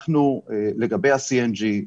לגבי ה-CNG,